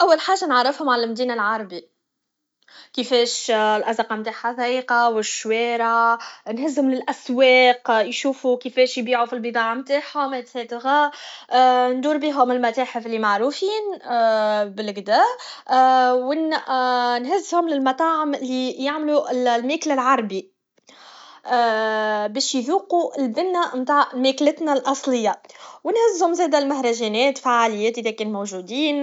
اول حاجه نعرفهم على المدينه العربي كفاش الازقة نتاعها ضيقه و الضوارع نهزهم لاسواق يشوفو كفاش يبيعو فالبضاعه نتاعهم اكسيتيغا ندور بيهم المتاحف لي معروفين بلجدا و نهزهم للمطاعم لي يعملو الماكله العربي باش يذوقو البنه تاع ماكلتنا الاصليه و نهزهم زاده لمهرجانات فعاليات اذا كانو موجودين